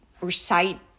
recite